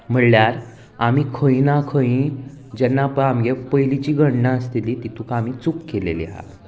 म्हणल्यार आमी खंय ना खंय जेन्ना पय आमगे पयलींची गणना आसतली तितूंत आमी चूक केलेली आहा